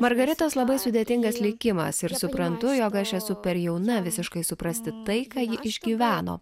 margaritos labai sudėtingas likimas ir suprantu jog aš esu per jauna visiškai suprasti tai ką ji išgyveno